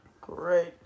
Great